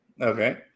Okay